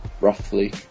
roughly